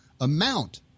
amount